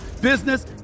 business